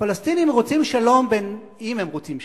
הפלסטינים רוצים, אם הם רוצים שלום,